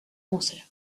concerts